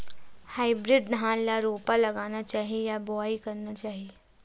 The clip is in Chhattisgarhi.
हाइब्रिड धान ल रोपा लगाना चाही या बोआई करना चाही?